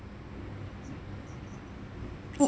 it